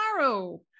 tomorrow